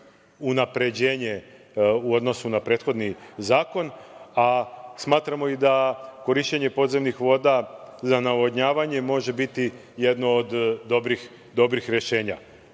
unapređenje, u odnosu na prethodni zakon, a smatramo i da korišćenje podzemnih voda za navodnjavanje može biti jedno od dobrih rešenja. Smatramo